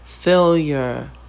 failure